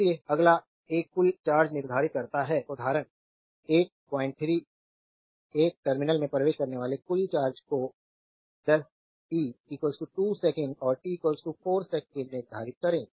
इसलिए अगला एक कुल चार्ज निर्धारित करता है उदाहरण 1 03 एक टर्मिनल में प्रवेश करने वाले कुल चार्ज को दस टी 2 सेकंड और टी 4 सेकंड निर्धारित करें